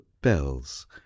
bells